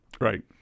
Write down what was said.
Right